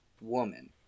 woman